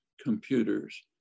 computers